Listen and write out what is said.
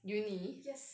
yes